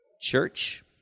Church